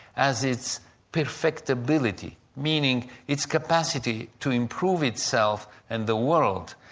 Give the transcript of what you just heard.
as its perfectibility, meaning its capacity to improve itself and the world.